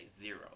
zero